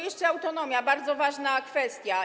Jeszcze autonomia, bardzo ważna kwestia.